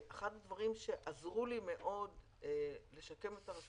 אחד הדברים שעזרו לי מאוד לשקם את הרשות